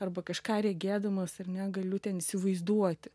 arba kažką regėdamas ar ne galiu ten įsivaizduoti